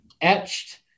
etched